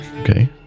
Okay